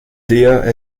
dea